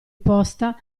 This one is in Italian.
posta